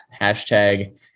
Hashtag